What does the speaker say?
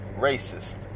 racist